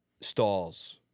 Stalls